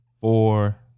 four